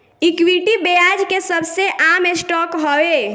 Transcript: equity, ब्याज के सबसे आम स्टॉक हवे